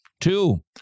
Two